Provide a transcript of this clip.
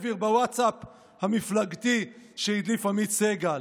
גביר בווטסאפ המפלגתי שהדליף עמית סגל.